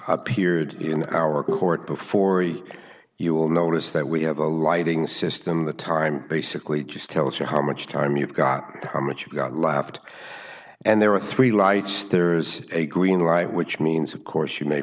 appeared in our court before eat you will notice that we have a lighting system the time basically just tells you how much time you've got how much you got laughed and there are three lights there's a green light which means of course you may